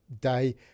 day